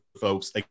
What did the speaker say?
folks